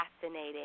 fascinating